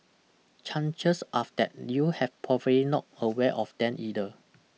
chances after that you have probably not aware of them either